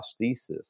prosthesis